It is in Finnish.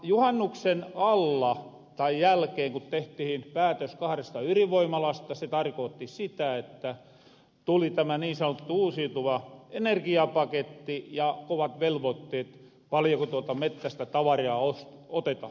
juhannuksen jälkeen ku tehtihin päätös kahresta yrinvoimalasta se tarkootti sitä että tuli tämä niin sanottu uusiutuva energiapaketti ja kovat velvoitteet paljoko tuolta mettästä tavaraa otetahan